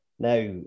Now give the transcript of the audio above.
Now